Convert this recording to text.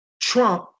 Trump